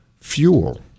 fuel